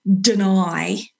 deny